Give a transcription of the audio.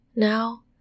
Now